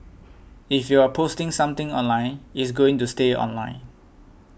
if you're posting something online it's going to stay online